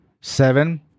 seven